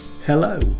Hello